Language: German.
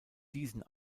diesen